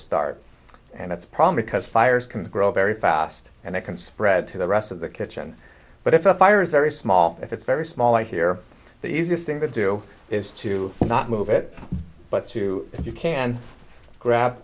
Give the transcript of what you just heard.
start and that's probably because fires can grow very fast and it can spread to the rest of the kitchen but if a fire is very small if it's very small here the easiest thing to do is to not move it but to if you can grab